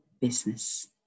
business